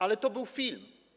Ale to był film.